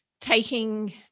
taking